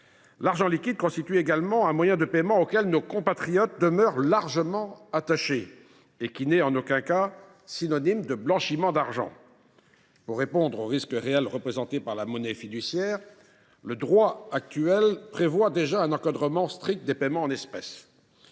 l’argent liquide constitue également un moyen de paiement auquel nos compatriotes demeurent largement attachés et qui n’est en aucun cas synonyme de blanchiment d’argent. Pour répondre au risque réel que représente la monnaie fiduciaire, le droit actuel prévoit déjà un encadrement strict des paiements en espèces.